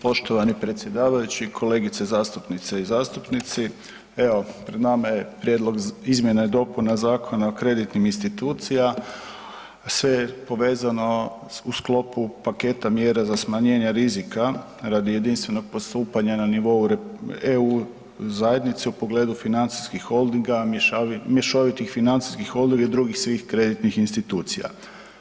Poštovani predsjedavajući, kolegice zastupnice i zastupnici, evo pred nama je Prijedlog izmjena i dopuna Zakona o kreditnim institucijama, sve je povezano u sklopu paketa mjera za smanjenje rizika radi jedinstvenog postupanja na nivou EU zajednice u pogledu financijskih holdinga, mješovitih financijskih …/nerazumljivo/… i drugih svih kreditnih institucija.